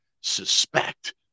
suspect